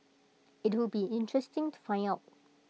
IT would be interesting to find out